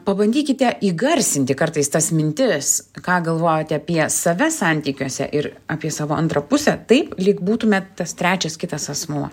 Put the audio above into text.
pabandykite įgarsinti kartais tas mintis ką galvojat apie save santykiuose ir apie savo antrą pusę taip lyg būtumėt tas trečias kitas asmuo